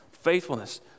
faithfulness